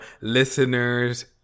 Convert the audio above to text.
listeners